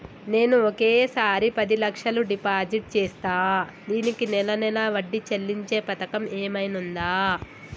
నేను ఒకేసారి పది లక్షలు డిపాజిట్ చేస్తా దీనికి నెల నెల వడ్డీ చెల్లించే పథకం ఏమైనుందా?